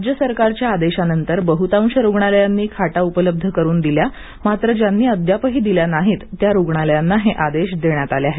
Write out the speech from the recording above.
राज्य सरकारच्या आदेशानंतर बहुतांश रुग्णालयांनी खाटा उपलब्ध करून दिल्या मात्र ज्यांनी अद्यापही दिल्या नाहीत त्या रुग्णालयांना हे आदेश देण्यात आले आहेत